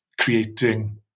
creating